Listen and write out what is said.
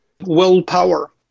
willpower